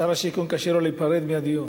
שר השיכון, קשה לו להיפרד מהדיון.